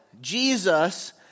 Jesus